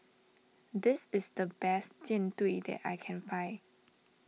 this is the best Jian Dui that I can find